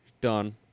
Done